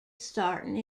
starting